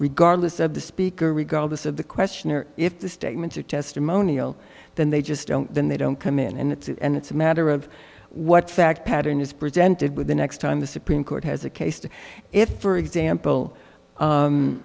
regardless of the speaker regardless of the question or if the statements are testimonial than they just don't then they don't come in and it's and it's a matter of what fact pattern is presented with the next time the supreme court has a case if for example